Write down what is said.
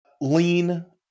Lean